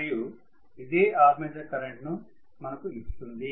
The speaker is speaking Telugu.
మరియు ఇదే ఆర్మేచర్ కరెంట్ ను మనకు ఇస్తుంది